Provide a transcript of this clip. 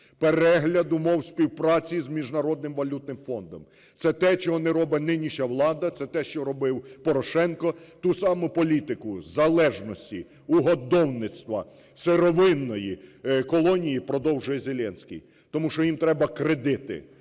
перегляд умов співпраці з Міжнародним валютним фондом. Це те, чого не робить нинішня влада, це те, що робив Порошенко, ту саму політику залежності, угодовництва, сировинної колонії продовжує Зеленський, тому що їм треба кредити.